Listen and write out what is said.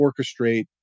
orchestrate